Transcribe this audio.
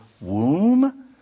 womb